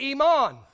Iman